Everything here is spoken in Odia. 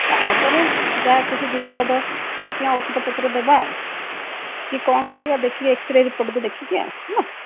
ତା'ପରେ ଯାହା କିଛି ବିଧିବଦ୍ଧ ଦେଖିବା ଔଷଧପତ୍ର ଦେବା ଆଉ କି କ'ଣ କରିବା ଦେଖିକି ଏକ୍ସରେ ରିପୋର୍ଟକୁ ଦେଖିକି ହେଲା